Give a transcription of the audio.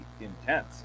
intense